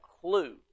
clue